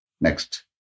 Next